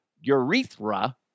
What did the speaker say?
urethra